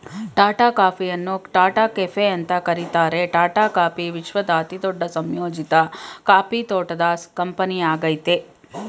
ಟಾಟಾ ಕಾಫಿಯನ್ನು ಟಾಟಾ ಕೆಫೆ ಅಂತ ಕರೀತಾರೆ ಟಾಟಾ ಕಾಫಿ ವಿಶ್ವದ ಅತಿದೊಡ್ಡ ಸಂಯೋಜಿತ ಕಾಫಿ ತೋಟದ ಕಂಪನಿಯಾಗಯ್ತೆ